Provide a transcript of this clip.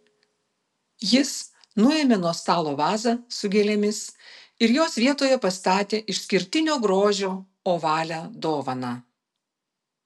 jis nuėmė nuo stalo vazą su gėlėmis ir jos vietoje pastatė išskirtinio grožio ovalią dovaną